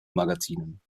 magazinen